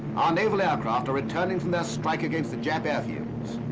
our naval aircraft are returning from their strike against the jap airfields.